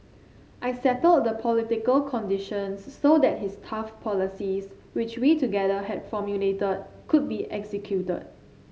I settled the political conditions so that his tough policies which we together had formulated could be executed